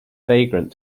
vagrant